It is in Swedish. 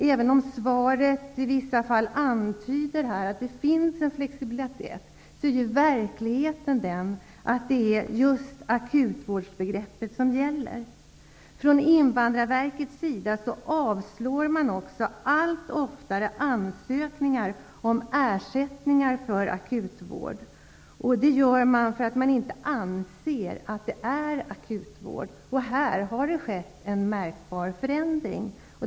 Även om statsrådet antyder i sitt svar att det finns en viss flexibilitet, är ju verkligheten sådan att det är akutvårdsbegreppet som gäller. Invandrarverket avslår allt oftare ansökningar om ersättningar för akutvård. Detta görs för att verket inte anser att det är fråga om akutvård. Här har det skett en märkbar förändring.